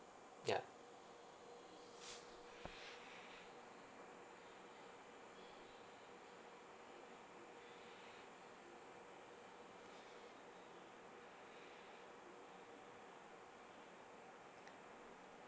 ya